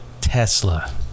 Tesla